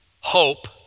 Hope